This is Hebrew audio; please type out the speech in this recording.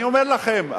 אני אומר לכם,